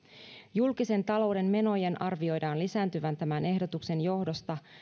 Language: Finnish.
julkisen talouden menojen arvioidaan lisääntyvän tämän ehdotuksen johdosta